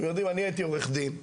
אני הייתי עורך דין,